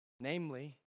Namely